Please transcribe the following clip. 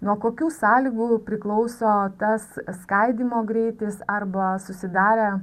nuo kokių sąlygų priklauso tas skaidymo greitis arba susidarę